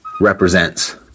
represents